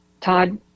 Todd